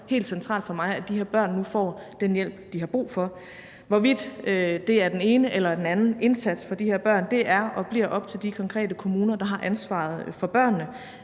helt centralt for mig, at de her børn nu får den hjælp, de har brug for. Hvorvidt det er den ene eller den anden indsats for de her børn, er og bliver op til de konkrete kommuner, der har ansvaret for børnene.